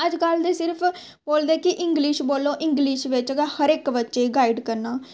अजकल्ल ते सिर्फ बोलदे कि इंग्लिश बोलो इंग्लिश बिच्च गै हर इक्क बच्चे गी गाइड करना